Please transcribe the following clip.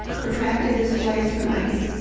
protracted displacement i think,